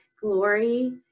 glory